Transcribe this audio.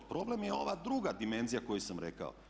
Problem je ova druga dimenzija koju sam rekao.